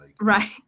Right